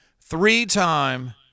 Three-time